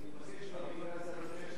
אני מבקש, אדוני